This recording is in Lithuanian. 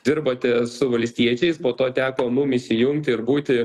dirbote su valstiečiais po to teko mum įsijungti ir būti